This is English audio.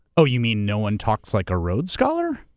oh, you mean no one talks like a rhodes scholar?